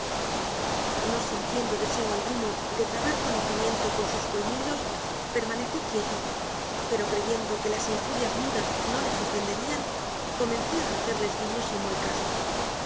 no sintiendo deseo alguno de trabar conocimiento con sus colmillos permanecí quieto pero creyendo que las injurias mudas no les ofenderían comencé a hacerles guiños y muecas